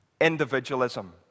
individualism